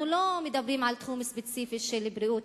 לא מדברים על תחום ספציפי של בריאות,